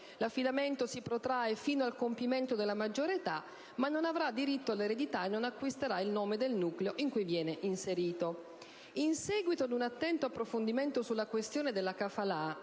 L'affidamento si protrae fino al compimento della maggiore età, ma non dà diritto all'eredità né all'acquisizione del nome del nucleo in cui il bambino viene inserito. In seguito ad un attento approfondimento sulla questione della